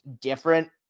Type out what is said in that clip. different